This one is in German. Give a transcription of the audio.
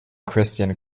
christian